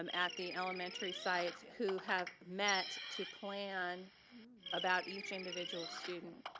um at the elementary sites who have met to plan about each individual student.